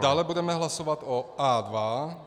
Dále budeme hlasovat o A2.